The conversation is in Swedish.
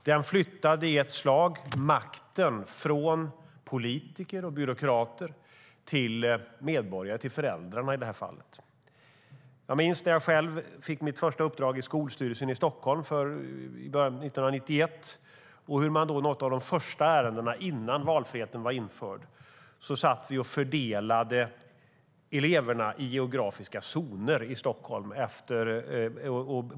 Det flyttade i ett slag makten från politiker och byråkrater till medborgarna, i det här fallet till föräldrarna. Jag minns när jag fick mitt första uppdrag i skolstyrelsen i Stockholm 1991, innan valfriheten var införd. Ett av de första ärendena var att vi satt och fördelade eleverna i geografiska zoner i Stockholm.